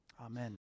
Amen